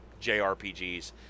JRPGs